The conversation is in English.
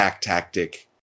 tactic